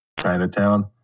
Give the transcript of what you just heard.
Chinatown